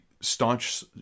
staunch